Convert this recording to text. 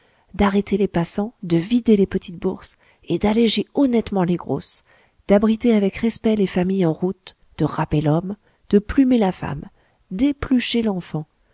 d'arrêter les passants de vider les petites bourses et d'alléger honnêtement les grosses d'abriter avec respect les familles en route de râper l'homme de plumer la femme d'éplucher l'enfant